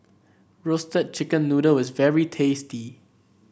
Roasted Chicken Noodle is very tasty